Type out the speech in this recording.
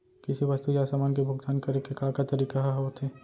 किसी वस्तु या समान के भुगतान करे के का का तरीका ह होथे?